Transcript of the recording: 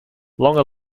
longer